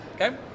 okay